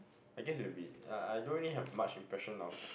I guess it would be I I don't really have much impression of